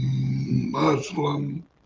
Muslim